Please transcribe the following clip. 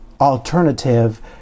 alternative